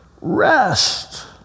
rest